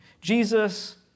Jesus